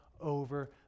over